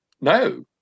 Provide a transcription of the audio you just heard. no